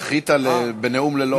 זכית בנאום ללא אורן.